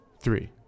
three